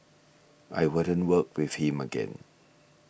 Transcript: I wouldn't work with him again